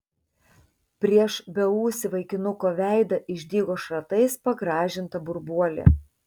prieš beūsį vaikinuko veidą išdygo šratais pagrąžinta burbuolė